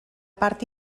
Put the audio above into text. part